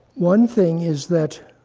one thing is that,